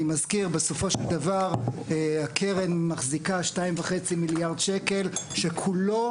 אני מזכיר בסופו של דבר קרן מחזיקה 2 וחצי מיליארד שקל שכולו,